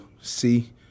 see